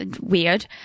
Weird